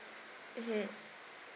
mmhmm